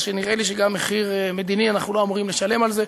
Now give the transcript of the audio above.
כך שנראה לי שגם מחיר מדיני אנחנו לא אמורים לשלם על זה.